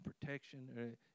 protection